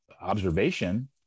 observation